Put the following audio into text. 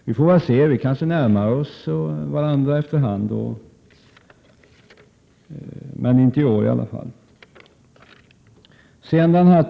Vi får väl se — vi kanske närmar oss varandra, dock knappast i år.